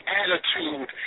attitude